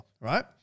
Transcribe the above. right